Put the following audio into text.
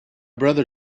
brother